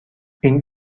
این